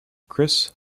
kris